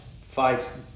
fights